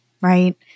right